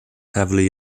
heavily